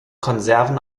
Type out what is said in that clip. konserven